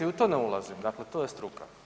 U to ne ulazim, dakle to je struka.